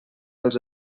els